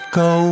go